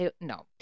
No